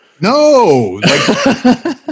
No